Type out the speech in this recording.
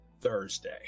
Thursday